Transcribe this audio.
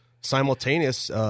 simultaneous